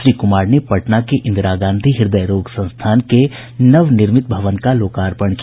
श्री कुमार ने पटना के इंदिरा गांधी हृदय रोग संस्थान के नवनिर्मित भवन का लोकार्पण किया